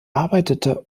arbeitete